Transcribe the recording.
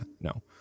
no